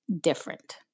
different